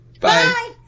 Bye